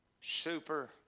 super